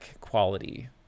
quality